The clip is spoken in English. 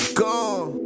gone